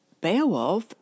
Beowulf